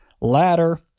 Ladder